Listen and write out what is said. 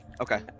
Okay